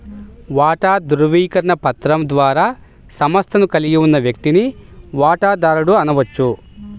వాటా ధృవీకరణ పత్రం ద్వారా సంస్థను కలిగి ఉన్న వ్యక్తిని వాటాదారుడు అనవచ్చు